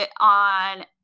on